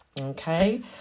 Okay